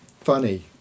funny